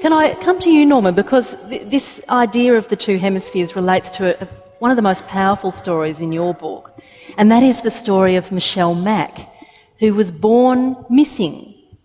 can i come to you norman because this idea of the two hemispheres relates to ah one of the most powerful stories in your book and that is the story of michelle mack who was born missing